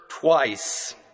twice